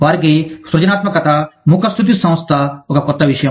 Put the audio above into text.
వారికి సృజనాత్మకత ముఖస్తుతి సంస్థ ఒక కొత్త విషయం